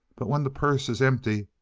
but when the purse is empty,